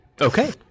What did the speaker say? okay